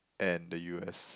and the u_s